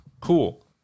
Cool